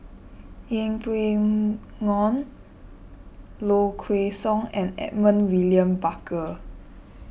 Yeng Pway Ngon Low Kway Song and Edmund William Barker